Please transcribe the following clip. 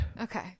okay